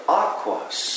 aquas